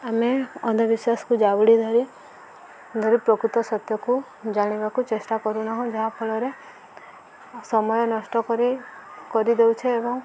ଆମେ ଅନ୍ଧବିଶ୍ୱାସକୁ ଯାଉଡ଼ି ଧରି ଧରି ପ୍ରକୃତ ସତ୍ୟକୁ ଜାଣିବାକୁ ଚେଷ୍ଟା କରୁନାହୁଁ ଯାହାଫଳରେ ସମୟ ନଷ୍ଟ କରି କରିଦଉଛେ ଏବଂ